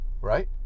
right